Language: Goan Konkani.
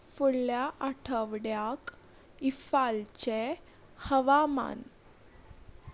फुडल्या आठवड्याक इफालचें हवामान